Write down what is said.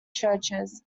churches